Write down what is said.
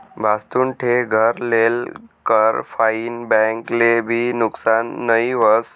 भाजतुन ठे घर लेल कर फाईन बैंक ले भी नुकसान नई व्हस